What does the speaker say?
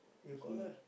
he